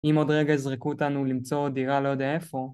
אם עוד רגע יזרקו אותנו למצוא דירה לא יודע איפה.